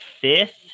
fifth